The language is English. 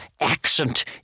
accent